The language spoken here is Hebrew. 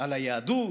על היהדות,